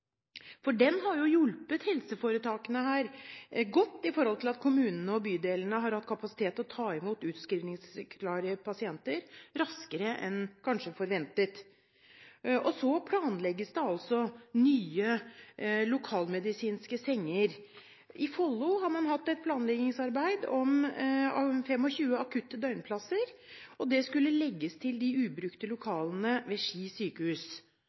samhandlingsreformen. Den har hjulpet helseforetakene godt ved at kommunene og bydelene har hatt kapasitet til å ta imot utskrivningsklare pasienter raskere enn kanskje forventet. Og så planlegges det nye lokalmedisinske senger: I Follo har det pågått et planleggingsarbeid for 25 akutte døgnplasser. De skulle legges til de ubrukte lokalene ved Ski sykehus.